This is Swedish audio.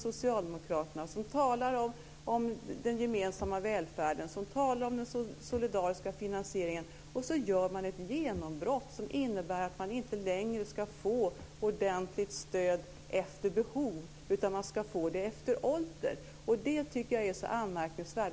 Socialdemokraterna talar om den gemensamma välfärden, talar om den solidariska finansieringen, och så gör de ett genombrott som innebär att man inte längre ska få ett ordentligt stöd efter behov, utan man ska få det efter ålder. Det tycker jag är så anmärkningsvärt.